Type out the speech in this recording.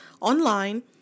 online